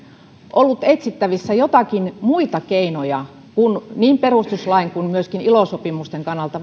ollut etsittävissä joitakin muita keinoja kuin niin perustuslain kuin myöskin ilo sopimusten kannalta